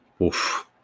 Oof